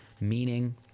meaning